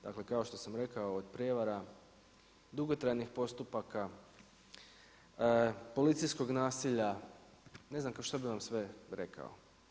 Dakle kao što sam rekao od prijevara, dugotrajnih postupaka, policijskog nasilja, ne znam što bih vam sve rekao.